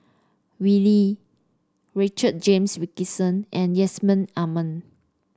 Wee Lin Richard James Wilkinson and Yusman Aman